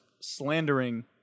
slandering